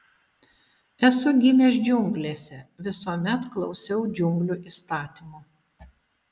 esu gimęs džiunglėse visuomet klausiau džiunglių įstatymų